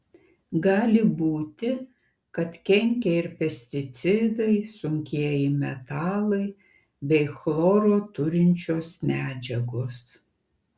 gali būti kad kenkia ir pesticidai sunkieji metalai bei chloro turinčios medžiagos